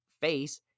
face